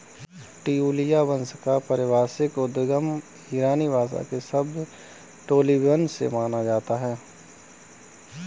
ट्यूलिया वंश का पारिभाषिक उद्गम ईरानी भाषा के शब्द टोलिबन से माना जाता है